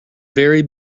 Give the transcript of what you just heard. very